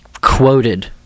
quoted